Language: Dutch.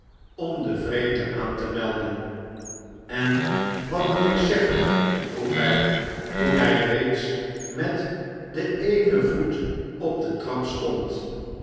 om de vreemde aan te melden en wat moet ik zeggen vroeg hij toen hij reeds met den eenen voet op de trap stond